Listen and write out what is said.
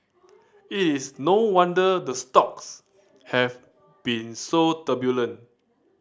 it is no wonder the stocks have been so turbulent